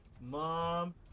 Mom